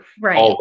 Right